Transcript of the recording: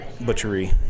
butchery